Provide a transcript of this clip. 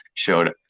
showed.